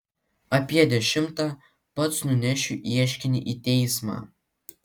apie dešimtą pats nunešiu ieškinį į teismą